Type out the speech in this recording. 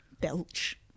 Belch